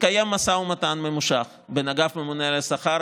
התקיים משא ומתן ממושך בין אגף ממונה על השכר,